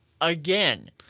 again